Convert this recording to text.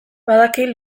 badaki